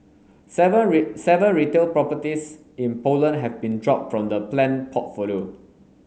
seven seven retail properties in Poland have been dropped from the planned portfolio